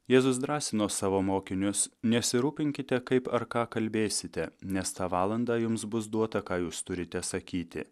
jėzus drąsino savo mokinius nesirūpinkite kaip ar ką kalbėsite nes tą valandą jums bus duota ką jūs turite sakyti